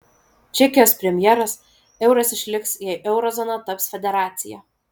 čekijos premjeras euras išliks jei euro zona taps federacija